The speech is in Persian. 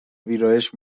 ویرایش